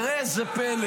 תראה זה פלא.